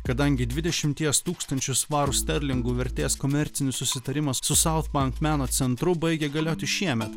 kadangi dvidešimties tūkstančių svarų sterlingų vertės komercinis susitarimas su southbank meno centru baigė galioti šiemet